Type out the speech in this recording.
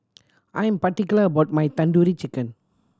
I am particular about my Tandoori Chicken